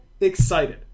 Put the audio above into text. excited